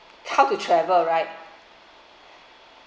how to travel right